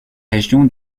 région